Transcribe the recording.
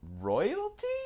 royalty